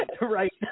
Right